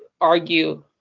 argue